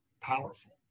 powerful